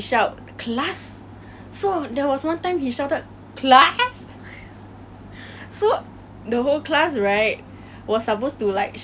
所以我觉得他真的是一个很好笑的老师 very memorable to think back that he was like this teacher who did all this stuff